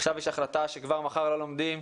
עכשיו יש החלטה שכבר מחר לא לומדים.